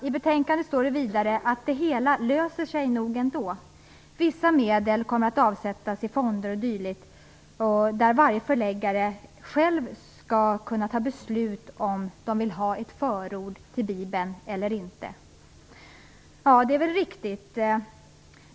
I betänkandet står att det hela nog löser sig ändå. Vissa medel kommer att avsättas i fonder och dylikt, och varje förläggare skall själv kunna fatta beslut om den vill ha ett förord till bibeln eller inte. Det är väl riktigt.